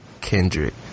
Kendrick